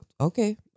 Okay